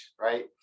right